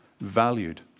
Valued